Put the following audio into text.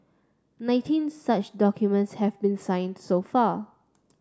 nineteen such documents have been signed so far